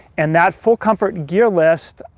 and that full comfort gear list